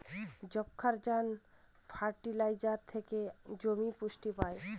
যবক্ষারজান ফার্টিলাইজার থেকে জমি পুষ্টি পায়